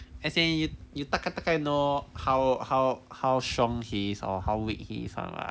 as in 你大概大概 know how how how strong he is or how weak he is [one] [what]